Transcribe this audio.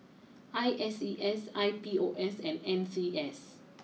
I S E S I P O S and N C S